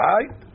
Right